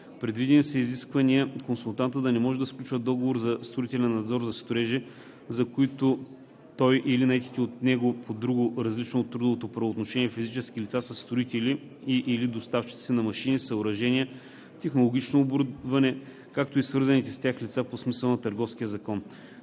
Предвидени са изисквания консултантът да не може да сключва договор за строителен надзор за строежи, за които той или наетите от него по друго, различно от трудово правоотношение физически лица са строители и/или доставчици на машини, съоръжения, технологично оборудване, както и свързаните с тях лица по смисъла на Търговския закон.